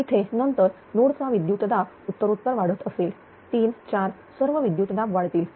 इथे नंतर नोड चा विद्युत दाब उत्तरोत्तर वाढत असेल 34 सर्व विद्युतदाब वाढतील